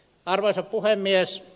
arvoisa puhemies